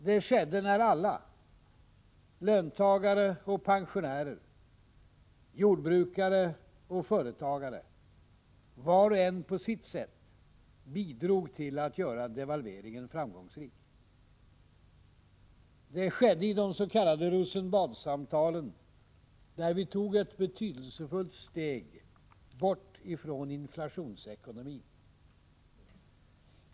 Det skedde när alla — löntagare och pensionärer, jordbrukare och företagare — var och en på sitt sätt bidrog till att göra devalveringen framgångsrik. Det skedde i de s.k. Rosenbadssamtalen, där vi tog ett betydelsefullt steg bort från inflationsekonomin.